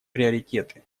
приоритеты